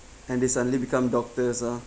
and they suddenly become doctors uh